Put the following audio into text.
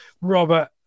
Robert